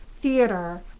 theater